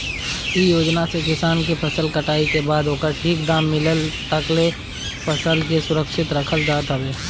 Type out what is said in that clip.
इ योजना से किसान के फसल कटाई के बाद ओकर ठीक दाम मिलला तकले फसल के सुरक्षित रखल जात हवे